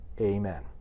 amen